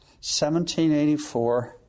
1784